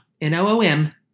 N-O-O-M